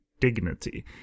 dignity